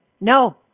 No